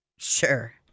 Sure